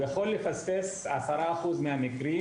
הוא יכול לפספס ולא לאבחן 10% מהמקרים